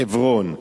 חברון,